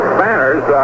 banners